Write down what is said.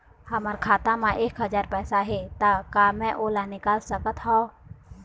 हमर खाता मा एक हजार पैसा हे ता का मैं ओला निकाल सकथव?